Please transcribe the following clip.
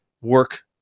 work